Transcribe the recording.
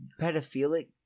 pedophilic